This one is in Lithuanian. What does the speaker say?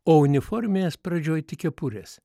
o uniforminės pradžioj tik kepurės